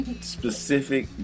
specific